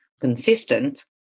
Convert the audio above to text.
consistent